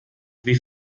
wie